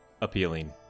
appealing